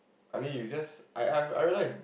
I mean you just I I've realise